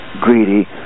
greedy